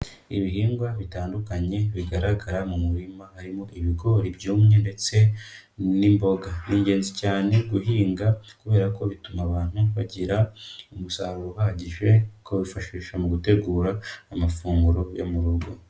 Ibihingwa bitandukanye bigaragara mu murima, harimo ibigori byumye ndetse n'imboga. Ni ingenzi cyane guhinga kubera ko bituma abantu bagira umusaruro uhagije, ukawifashisha mu gutegura amafunguro yo mu rugo.